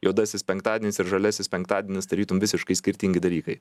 juodasis penktadienis ir žaliasis penktadienis tarytum visiškai skirtingi dalykai